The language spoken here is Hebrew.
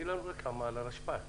תני לנו רקע על הרשפ"ת.